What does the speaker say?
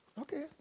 Okay